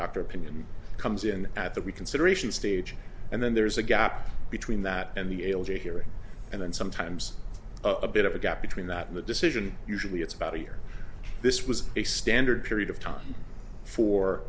doctor opinion comes in at that we considerations stage and then there's a gap between that and the able to hearing and then sometimes a bit of a gap between that and the decision usually it's about a year this was a standard period of time for